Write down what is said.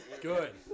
good